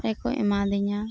ᱨᱮᱠᱚ ᱮᱢᱟᱫᱤᱧᱟ